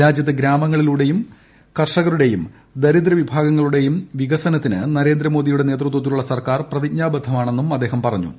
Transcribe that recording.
രാജ്യത്തെ ഗ്രാമങ്ങളുടെയും കർഷകരുടെയും ദരിദ്ര വിഭാഗങ്ങളുടെയും വികസനത്തിന് നരേന്ദ്രമോദിയുടെ നേതൃത്വത്തിലുള്ള സർക്കാർ പ്രതിജ്ഞാബദ്ധമാണെന്നും അദ്ദേഹം പറഞ്ഞു